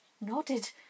nodded